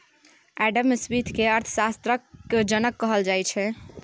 Adam Smith केँ अर्थशास्त्र केर जनक कहल जाइ छै